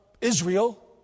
Israel